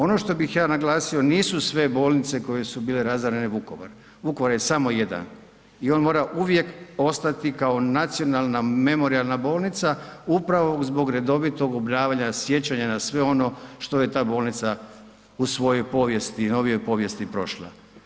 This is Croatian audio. Ono što bih ja naglasio nisu sve bolnice koje su bile razarane Vukovar, Vukovar je samo jedan i on mora uvijek ostati kao Nacionalna memorijalna bolnica upravo zbog redovitog obnavljanja sjećanja na sve ono što je ta bolnica u svojoj povijesti i novijoj povijesti prošla.